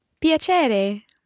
Piacere